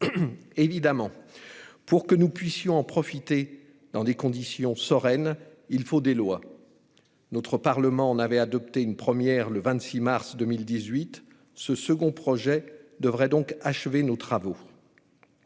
d'escrime. Pour que nous puissions en profiter sereinement, il faut des lois. Notre Parlement en avait adopté une première le 26 mars 2018. Ce second projet de loi devrait donc achever nos travaux.